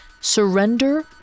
surrender